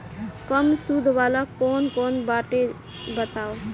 कम सूद वाला कौन लोन बाटे बताव?